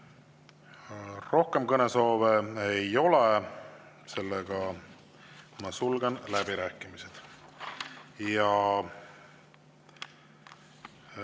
Rohkem kõnesoove ei ole. Ma sulgen läbirääkimised.